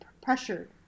pressured